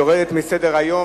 יורדת מסדר-היום.